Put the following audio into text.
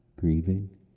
grieving